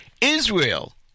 Israel